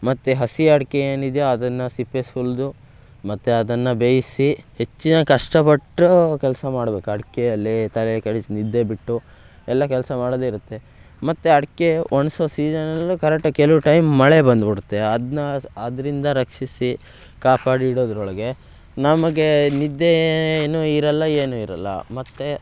ಮತ್ತೆ ಹಸಿ ಅಡಿಕೆ ಏನಿದೆಯೋ ಅದನ್ನು ಸಿಪ್ಪೆ ಸುಲಿದು ಮತ್ತು ಅದನ್ನು ಬೇಯಿಸಿ ಹೆಚ್ಚಿನ ಕಷ್ಟಪಟ್ಟು ಕೆಲಸ ಮಾಡ್ಬೇಕು ಅಡಿಕೆಯಲ್ಲಿ ತಲೆ ಕೆಡಿಸಿ ನಿದ್ದೆ ಬಿಟ್ಟು ಎಲ್ಲ ಕೆಲಸ ಮಾಡೋದೆ ಇರುತ್ತೆ ಮತ್ತೆ ಅಡಿಕೆ ಒಣಸೋ ಸೀಸನಲ್ಲು ಕರೆಕ್ಟಾಗಿ ಕೆಲವು ಟೈಮ್ ಮಳೆ ಬಂದುಬಿಡುತ್ತೆ ಅದನ್ನ ಅದರಿಂದ ರಕ್ಷಿಸಿ ಕಾಪಾಡಿ ಇಡೋದರೊಳಗೆ ನಮಗೆ ನಿದ್ದೇನು ಇರಲ್ಲ ಏನು ಇರಲ್ಲ ಮತ್ತೆ